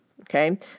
Okay